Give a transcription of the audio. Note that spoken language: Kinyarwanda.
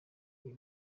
ibi